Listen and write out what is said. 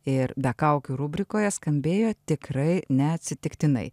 ir be kaukių rubrikoje skambėjo tikrai neatsitiktinai